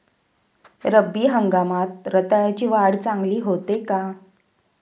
रब्बी हंगामात रताळ्याची वाढ चांगली होते का?